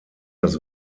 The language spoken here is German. das